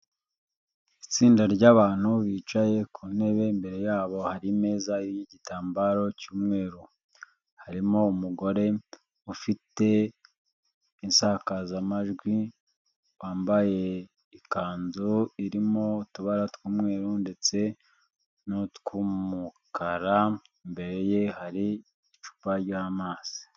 Itsinda ry'abantu bicaye ku ntebe, imbere yabo hari imeza iriho igitambaro cy'umweru, harimo umugore ufite isakazamajwi, wambaye ikanzu irimo utubara tw'umweru ndetse ni utw'umukara, imbere ye hari icupa ry'amazi.